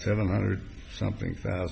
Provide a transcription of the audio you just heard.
seven hundred something